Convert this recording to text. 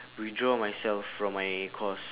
withdraw myself from my course